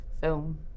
film